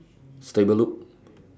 Stable Loop